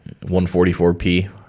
144p